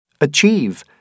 Achieve